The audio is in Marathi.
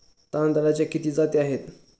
तांदळाच्या किती जाती आहेत?